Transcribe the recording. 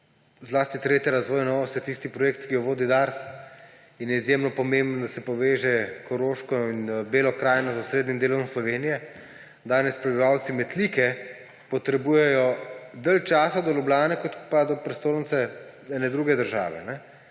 zlasti 3. razvojna os tisti projekt, ki ga vodi Dars in je izjemno pomemben, da se poveže Koroško in Belo krajino z osrednjim delom Slovenije. Danes prebivalci Metlike potrebujejo dalj časa do Ljubljane kot pa do prestolnice ene druge države.